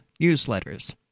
newsletters